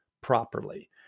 properly